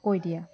কৈ দিয়া